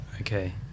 Okay